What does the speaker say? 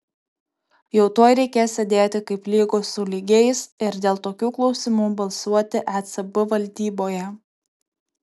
jau tuoj reikės sėdėti kaip lygūs su lygiais ir dėl tokių klausimų balsuoti ecb valdyboje